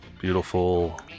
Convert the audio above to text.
beautiful